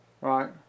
Right